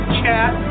chat